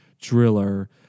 driller